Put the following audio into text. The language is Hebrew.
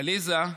עליזה,